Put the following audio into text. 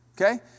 Okay